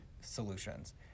solutions